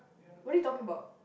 what are you talking about